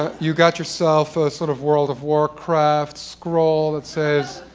ah you've got yourself ah sort of world of warcraft scroll that says,